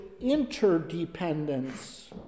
interdependence